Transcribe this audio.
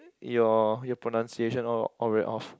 your your pronunciation all all very off